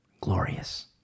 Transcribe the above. glorious